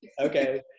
okay